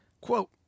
quote